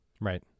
Right